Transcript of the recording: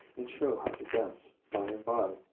and show how to dance by-and-by.